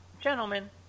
gentlemen